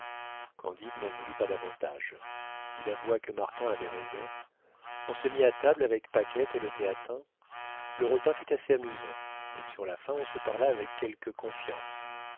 candide n'en voulut pas davantage il avoua que martin avait raison on se mit à table avec paquette et le théatin le repas fut assez amusant et sur la fin on se parla avec quelque confiance